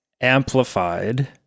amplified